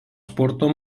sporto